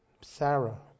Sarah